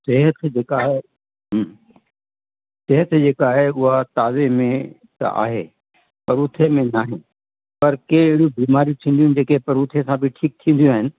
सिहत जेका आहे हम्म सिहत जेका आहे उहा ताज़े में त आहे परूथे में नाहे पर कंहिं अहिड़ियूं बीमारयूं थींदियूं आहिनि जेके परूथे सां नी ठीकु थींदियूं आहिनि